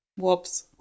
Whoops